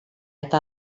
eta